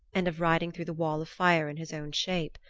and of riding through the wall of fire in his own shape.